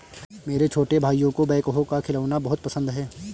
मेरे छोटे भाइयों को बैकहो का खिलौना बहुत पसंद है